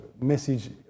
message